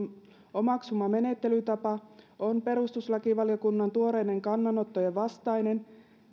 omaksuma menettelytapa on perustuslakivaliokunnan tuoreiden kannanottojen vastainen